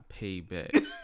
payback